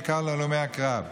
בעיקר להלומי הקרב,